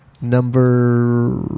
Number